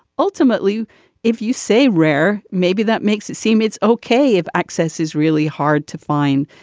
ultimately if you say rare maybe that makes it seem it's ok if access is really hard to find.